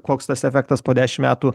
koks tas efektas po dešimt metų